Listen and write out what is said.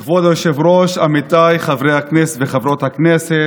כבוד היושב-ראש, עמיתיי חברי הכנסת וחברות הכנסת,